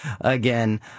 again